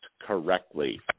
correctly